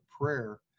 prayer